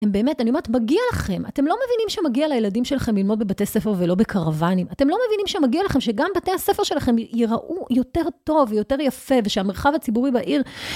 הם באמת, אני אומרת, מגיע לכם. אתם לא מבינים שמגיע לילדים שלכם ללמוד בבתי ספר ולא בקרבנים. אתם לא מבינים שמגיע לכם שגם בתי הספר שלכם יראו יותר טוב ויותר יפה ושהמרחב הציבורי בעיר...